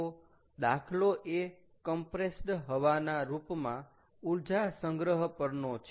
તો દાખલો એ કમ્પ્રેસ્ડ હવાના રૂપમાં ઊર્જા સંગ્રહ પરનો છે